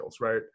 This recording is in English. right